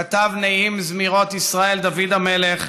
כתב נעים זמירות ישראל דוד המלך,